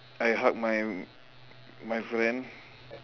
I hug my my friend